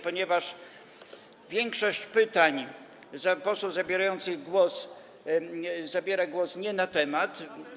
Ponieważ większość posłów zabierających głos zabiera głos nie na temat.